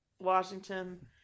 Washington